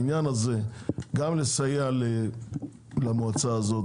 בעניין הזה גם לסייע למועצה הזאת,